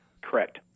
Correct